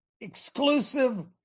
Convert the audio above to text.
exclusive